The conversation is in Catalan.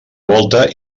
volta